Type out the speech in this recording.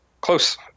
Close